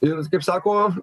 ir kaip sako